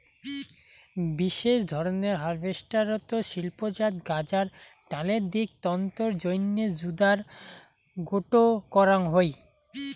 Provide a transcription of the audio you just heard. বিশেষ ধরনের হারভেস্টারত শিল্পজাত গাঁজার ডালের দিক তন্তুর জইন্যে জুদায় গোটো করাং হই